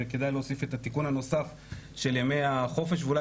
וכדאי להוסיף את התיקון הנוסף של ימי החופש ואולי